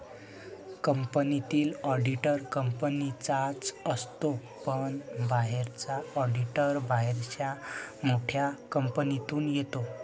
कंपनीतील ऑडिटर कंपनीचाच असतो पण बाहेरचा ऑडिटर बाहेरच्या मोठ्या कंपनीतून येतो